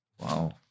Wow